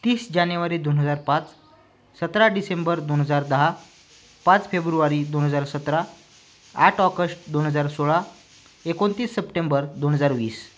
तीस जानेवारी दोन हजार पाच सतरा डिसेंबर दोन हजार दहा पाच फेब्रुवारी दोन हजार सतरा आठ ऑकस्ट दोन हजार सोळा एकोणतीस सप्टेंबर दोन हजार वीस